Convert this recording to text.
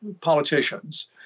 politicians